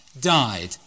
died